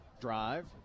drive